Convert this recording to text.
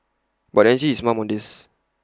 but the agency is mum on this